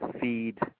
feed